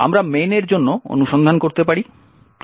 আমরা main এর জন্য অনুসন্ধান করতে পারি